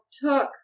took